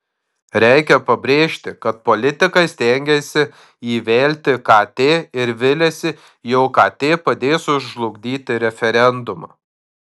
reikia pabrėžti kad politikai stengiasi įvelti kt ir viliasi jog kt padės sužlugdyti referendumą